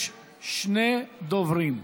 יש שני דוברים.